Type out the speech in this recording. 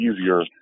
easier